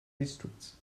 districts